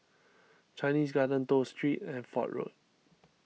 Chinese Garden Toh Street and Fort Road